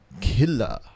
Killer